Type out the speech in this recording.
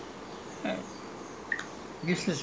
dirty fellows cannot listen [one]